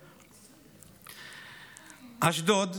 אשדוד,